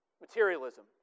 materialism